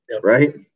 right